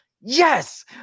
yes